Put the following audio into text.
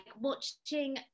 watching